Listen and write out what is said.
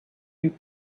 you